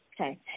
Okay